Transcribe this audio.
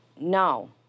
No